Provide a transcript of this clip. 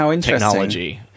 technology